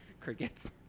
Crickets